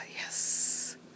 Yes